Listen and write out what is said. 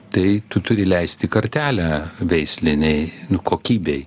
tai tu turi leisti kartelę veislinei kokybei